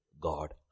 God